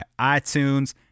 iTunes